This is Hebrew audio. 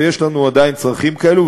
ויש לנו עדיין צרכים כאלה.